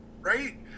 Right